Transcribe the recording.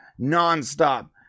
nonstop